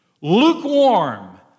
lukewarm